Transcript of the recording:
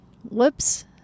whoops